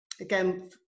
again